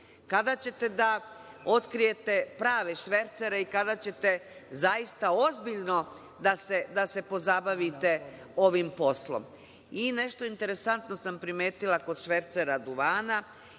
kada ćete da otkrijete prave švercere i kada ćete zaista ozbiljno da se pozabavite ovim poslom? Nešto interesantno sam primetila kod švercera duvana.